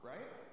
Right